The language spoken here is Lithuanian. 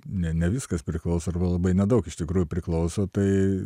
ne ne viskas priklauso arba labai nedaug iš tikrųjų priklauso tai